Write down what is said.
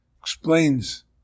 explains